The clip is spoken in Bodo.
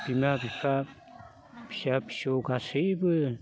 बिमा बिफा फिसा फिसौ गासैबो